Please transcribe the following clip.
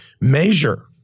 measure